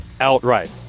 outright